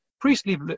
priestly